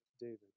David